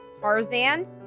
Tarzan